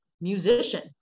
musician